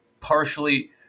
Partially